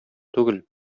түгел